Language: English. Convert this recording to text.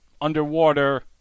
underwater